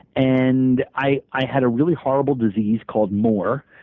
and i i had a really horrible disease called more,